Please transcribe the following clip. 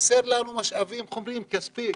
וחסרים לנו משאבים חומריים, כספים,